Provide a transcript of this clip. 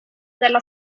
della